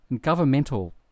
governmental